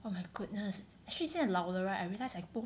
oh my goodness actually 现在老了 right I realise I